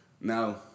Now